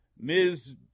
ms